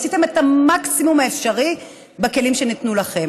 עשיתם את המקסימום האפשרי בכלים שניתנו לכם.